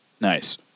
Nice